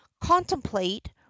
Contemplate